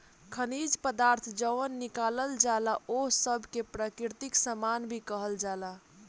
खनिज पदार्थ जवन निकालल जाला ओह सब के प्राकृतिक सामान भी कहल जाला